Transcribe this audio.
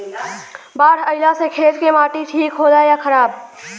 बाढ़ अईला से खेत के माटी ठीक होला या खराब?